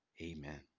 Amen